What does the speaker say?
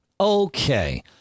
Okay